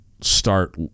start